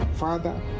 Father